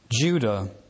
Judah